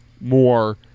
more